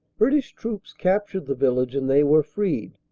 british troops captured the village and they were freed.